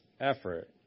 effort